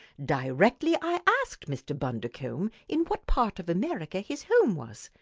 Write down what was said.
directly i asked mr. bundercombe in what part of america his home was,